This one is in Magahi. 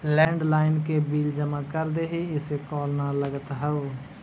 लैंड्लाइन के बिल जमा कर देहीं, इसे कॉल न लगित हउ